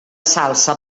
salsa